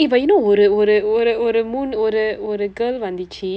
eh but you know ஒரு ஒரு ஒரு ஒரு மூன்று ஒரு ஒரு:oru oru oru oru muunru oru oru girl வந்தது